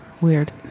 weird